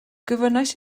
gofynnais